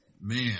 Man